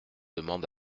demande